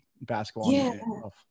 basketball